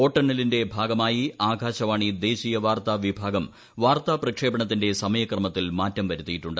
വോട്ടെണ്ണലിന്റെ ഭാഗമായി ആകാശവാണി ദേശീയ വാർത്താ വിഭാഗം വാർത്താ പ്രക്ഷേപണത്തിന്റെ സമയക്രമത്തിൽ മാറ്റം വരുത്തിയിട്ടുണ്ട്